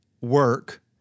work